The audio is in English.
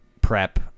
prep